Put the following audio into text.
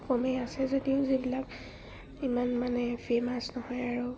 কমেই আছে যদিও যিবিলাক ইমান মানে ফেমাছ নহয় আৰু